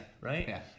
Right